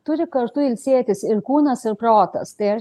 turi kartu ilsėtis ir kūnas ir protas tai ar